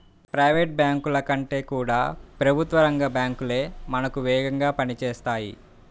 private బ్యాంకుల కంటే కూడా ప్రభుత్వ రంగ బ్యాంకు లే మనకు వేగంగా పని చేస్తాయి